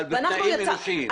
אבל בתנאים אנושיים.